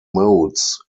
modes